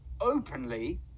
openly